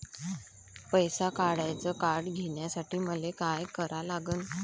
पैसा काढ्याचं कार्ड घेण्यासाठी मले काय करा लागन?